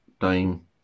time